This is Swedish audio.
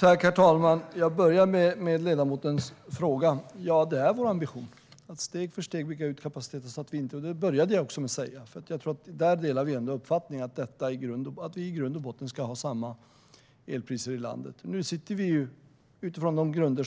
Herr talman! Jag börjar med ledamotens fråga. Ja, det är vår ambition att steg för steg bygga ut kapaciteten. Det började jag också med att säga. Vi delar ändå uppfattningen att det i grund och botten ska vara samma elpriser i hela landet. Nu sitter vi där vi sitter. Utifrån de grunder